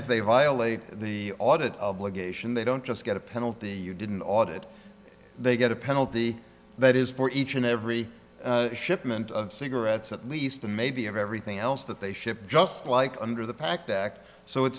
if they violate the audit obligation they don't just get a penalty you didn't audit they get a penalty that is for each and every shipment of cigarettes at least the maybe everything else that they ship just like under the pact act so it